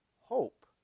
hope